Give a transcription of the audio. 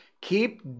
keep